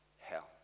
hell